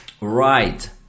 Right